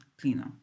cleaner